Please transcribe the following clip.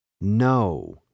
No